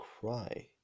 cry